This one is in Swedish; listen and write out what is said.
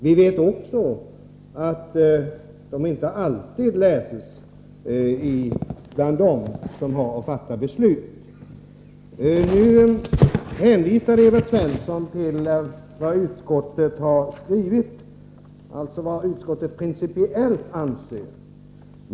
Vi vet också att dessa inte alltid läses bland dem som har att fatta beslut. Nu hänvisar Evert Svensson till vad utskottet har skrivit, alltså vad utskottet principiellt anser.